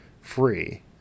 free